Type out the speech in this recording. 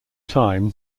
time